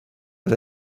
but